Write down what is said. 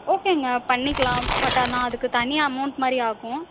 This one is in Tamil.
ஓகேங்க பண்ணிக்கலாம் பட் ஆனால் அதுக்கு தனியாக அமௌன்ட் மாதிரி ஆகும்